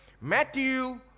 Matthew